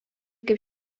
kaip